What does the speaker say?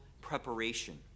preparation